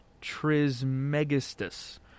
Trismegistus